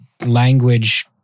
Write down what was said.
language